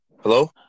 hello